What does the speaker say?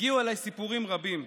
הגיעו אליי סיפורים רבים,